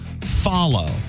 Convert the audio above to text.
Follow